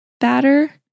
batter